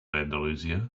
andalusia